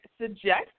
suggest